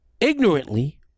ignorantly